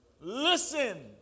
Listen